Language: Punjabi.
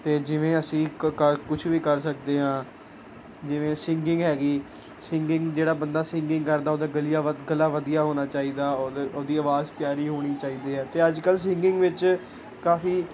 ਅਤੇ ਜਿਵੇਂ ਅਸੀਂ ਇੱਕ ਕ ਕੁਛ ਵੀ ਕਰ ਸਕਦੇ ਹਾਂ ਜਿਵੇਂ ਸਿੰਗਿੰਗ ਹੈਗੀ ਸਿੰਗਿੰਗ ਜਿਹੜਾ ਬੰਦਾ ਸਿੰਗਿੰਗ ਕਰਦਾ ਉਹ ਦਾ ਗਲੀਆ ਵੱਧ ਗਲਾ ਵਧੀਆ ਹੋਣਾ ਚਾਹੀਦਾ ਉਹਦ ਉਹਦੀ ਆਵਾਜ਼ ਪਿਆਰੀ ਹੋਣੀ ਚਾਹੀਦੀ ਹੈ ਅਤੇ ਅੱਜ ਕੱਲ੍ਹ ਸਿੰਗਿੰਗ ਵਿੱਚ ਕਾਫੀ